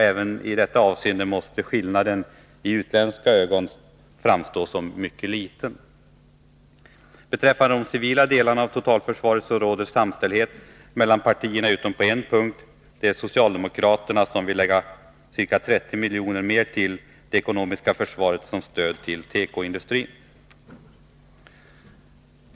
Även i detta avseende måste skillnaden i utländska ögon framstå som mycket liten. Vad beträffar de civila delarna av totalförsvaret råder samstämmighet mellan partierna utom på en punkt — det är socialdemokraterna som vill ge ca 30 milj.kr. mer till det ekonomiska försvaret som stöd till tekoindustrin.